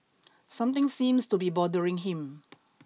something seems to be bothering him